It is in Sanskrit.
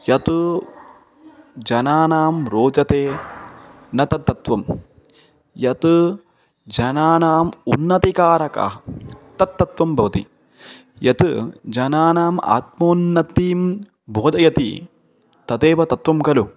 यत् जनानां रोचते न तत्तत्वं यत् जनानाम् उन्नतिकारकः तत्तत्त्वं भवति यत् जनानाम् आत्मोन्नतिं बोधयति तदेव तत्त्वं खलु